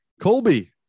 Colby